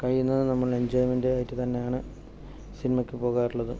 കഴിയുന്നതും നമ്മൾ എൻജോയ്മെൻറ് ആയിട്ട് തന്നെയാണ് സിനിമക്ക് പോകാറുള്ളത്